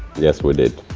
yes we did.